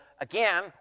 again